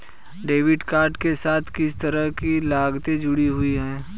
Debit card के साथ किस तरह की लागतें जुड़ी हुई हैं?